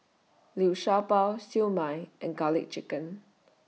Liu Sha Bao Siew Mai and Garlic Chicken